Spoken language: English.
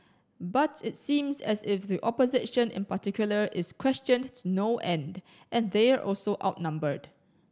but it seems as if the opposition in particular is questioned to no end and they're also outnumbered